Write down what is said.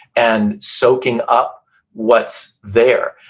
and soaking up what's there.